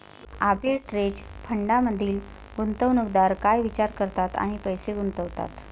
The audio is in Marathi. आर्बिटरेज फंडांमधील गुंतवणूकदार काय विचार करतात आणि पैसे गुंतवतात?